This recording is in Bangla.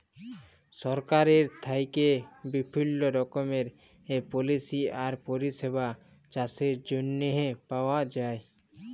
সরকারের থ্যাইকে বিভিল্ল্য রকমের পলিসি আর পরিষেবা চাষের জ্যনহে পাউয়া যায়